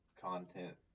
content